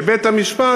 בבית-המשפט,